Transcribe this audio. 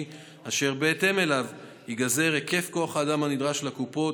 אשר בהתאם אליו ייגזר היקף כוח האדם הנדרש לקופות,